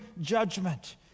judgment